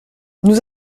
nous